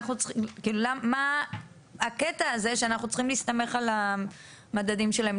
מה הקטע הזה שאנחנו צריכים להסתמך על המדדים שלהם?